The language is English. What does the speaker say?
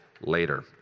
later